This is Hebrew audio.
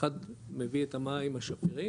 אחד מביא את המים השפירים